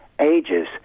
ages